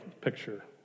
picture